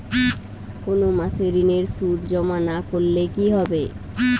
কোনো মাসে ঋণের সুদ জমা না করলে কি হবে?